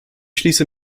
schließe